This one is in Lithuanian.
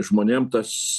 žmonėm tas